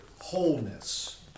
wholeness